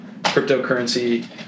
cryptocurrency